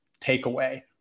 takeaway